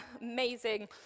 amazing